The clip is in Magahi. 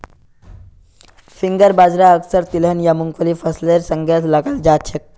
फिंगर बाजरा अक्सर तिलहन या मुंगफलीर फसलेर संगे लगाल जाछेक